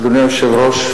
אדוני היושב-ראש,